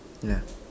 ya